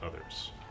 others